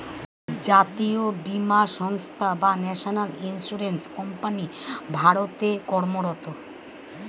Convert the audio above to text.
জাতীয় বীমা সংস্থা বা ন্যাশনাল ইন্স্যুরেন্স কোম্পানি ভারতে কর্মরত